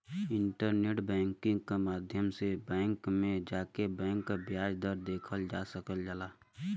internet banking क माध्यम से बैंक में जाके बैंक क ब्याज दर देखल जा सकल जाला